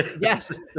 Yes